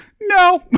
No